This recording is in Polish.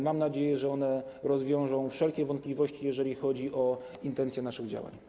Mam nadzieję, że one rozwieją wszelkie wątpliwości, jeżeli chodzi o intencje naszych działań.